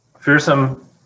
Fearsome